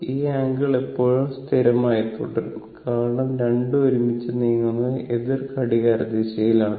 ഈ ആംഗിൾ എപ്പോഴും സ്ഥിരമായി തുടരും കാരണം രണ്ടും ഒരുമിച്ച് നീങ്ങുന്നത് എതിർ ഘടികാരദിശയിൽ ആണ്